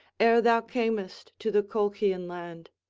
ere thou camest to the colchian land!